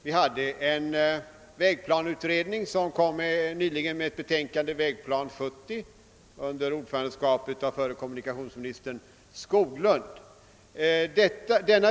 Vi hade en vägplaneutredning som nyligen framlade ett betänkande, Vägplan 70, under ordförandeskap av förre kommunikationsminister Skoglund.